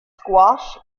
squash